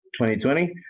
2020